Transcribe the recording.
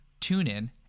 TuneIn